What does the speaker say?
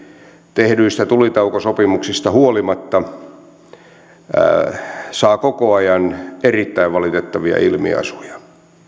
tehdyistä tulitaukosopimuksista huolimatta kriisi saa koko ajan erittäin valitettavia ilmiasuja